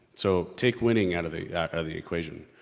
so, take winning out of the of the equation,